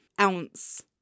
ounce